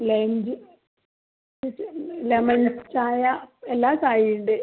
lunch ഇത് ഇന്ന് lemon ചായ എല്ലാ ചായയും ഉണ്ട്